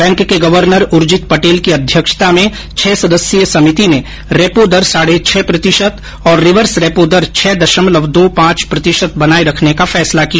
bank के governor Urjit Patel की अध्यक्षता में छह सदस्यीय समिति ने रेपो दर साढे छह प्रतिशत और रिवर्स रेपो दर छह दशमलव दो पांच प्रतिशत बनाए रखने का फैसला किया